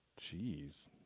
Jeez